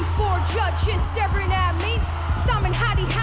judges staring at me simon, heidi,